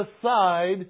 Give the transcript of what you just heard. aside